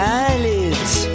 eyelids